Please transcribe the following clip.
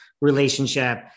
relationship